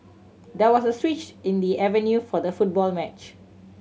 there was a switch in the avenue for the football match